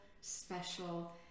special